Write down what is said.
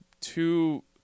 two